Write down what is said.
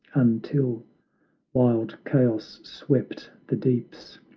until wild chaos swept the deeps,